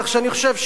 כך שאני חושב,